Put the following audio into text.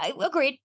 Agreed